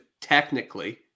technically